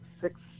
six